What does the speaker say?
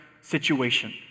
situation